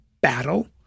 battle